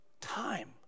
Time